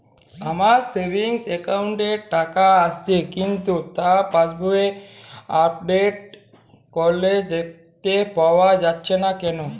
আমার savings account এ টাকা আসছে কিন্তু তা পাসবুক আপডেট করলে দেখতে পাওয়া যাচ্ছে না কেন?